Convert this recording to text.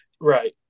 Right